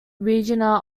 regina